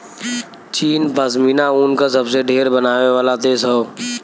चीन पश्मीना ऊन क सबसे ढेर बनावे वाला देश हौ